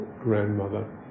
grandmother